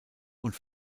und